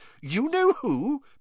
You-know-who